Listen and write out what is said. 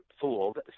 fooled